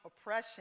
oppression